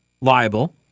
liable